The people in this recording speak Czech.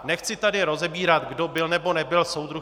Nechci tady rozebírat, kdo byl, nebo nebyl soudruh.